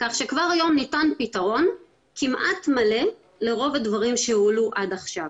כך שכבר היום ניתן פתרון כמעט מלא לרוב הדברים שהועלו עד עכשיו.